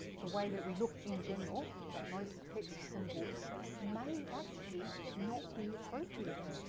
the way that we look in general at most texts and books may actually not be appropriate.